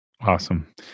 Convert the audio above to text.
Awesome